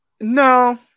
No